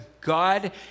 God